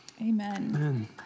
Amen